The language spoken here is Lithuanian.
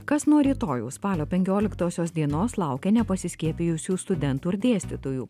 kas nuo rytojaus spalio penkioliktosios dienos laukia nepasiskiepijusių studentų ir dėstytojų